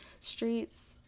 Streets